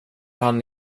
han